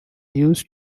used